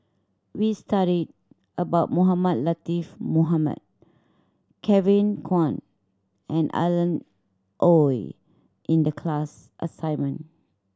we studied about Mohamed Latiff Mohamed Kevin Kwan and Alan Oei in the class assignment